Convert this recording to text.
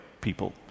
people